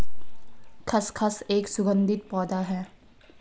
खसखस एक सुगंधित पौधा है